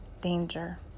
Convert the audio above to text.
danger